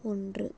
ஒன்று